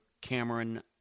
Cameron